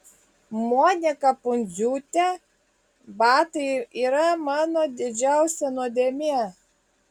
monika pundziūtė batai yra mano didžiausia nuodėmė